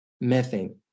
methane